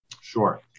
Sure